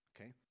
okay